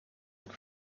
upon